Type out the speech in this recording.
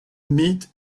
meet